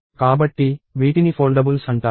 కాబట్టి వీటిని ఫోల్డబుల్స్ అంటారు